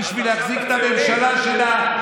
בשביל להחזיק את הממשלה שלה,